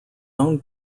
own